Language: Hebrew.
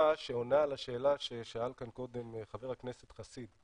שעונה על השאלה ששאל כאן קודם חבר הכנסת חסיד.